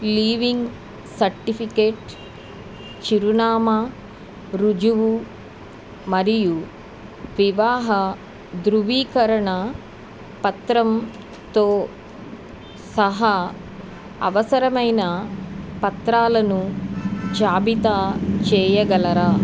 leaving certificate చిరునామా రుజువు మరియు వివాహ ధృవీకరణ పత్రంతో సహా అవసరమైన పత్రాలను జాబితా చేయగలరా